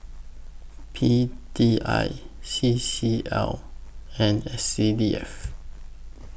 P D I C C L and S C D F